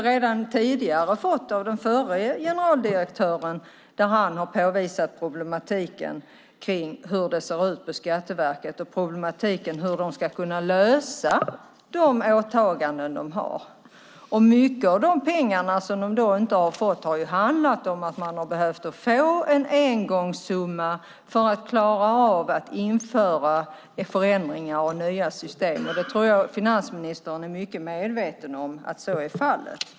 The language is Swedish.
Redan den förre generaldirektören hade påvisat problematiken för Skatteverket när det gällde att kunna fullgöra de åtaganden man har. Mycket har handlat om att Skatteverket har behövt få en engångssumma för att klara av att införa förändringar och nya system. Jag tror att finansministern är väl medveten om detta.